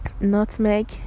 nutmeg